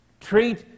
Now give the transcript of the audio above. treat